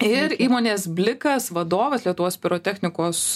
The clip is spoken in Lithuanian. ir įmonės blikas vadovas lietuvos pirotechnikos